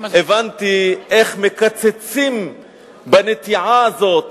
הבנתי איך מקצצים בנטיעה הזאת,